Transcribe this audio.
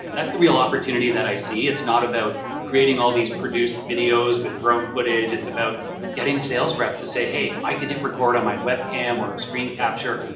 that's the real opportunity that i see. it's not about creating all these produced videos with drone footage. it's about getting sales reps to say, hey, i can hit record on my webcam or screen capture.